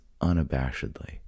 unabashedly